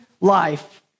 life